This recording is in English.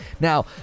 now